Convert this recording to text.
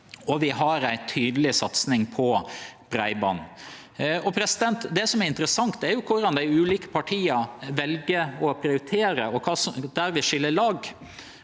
vi har ei tydeleg satsing på breiband. Det som er interessant, er korleis dei ulike partia vel å prioritere, og der skil vi lag.